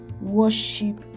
worship